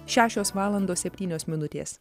šešios valandos septynios minutės